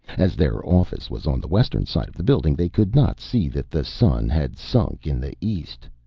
as their office was on the western side of the building they could not see that the sun had sunk in the east,